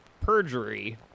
Perjury